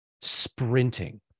sprinting